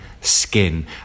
Skin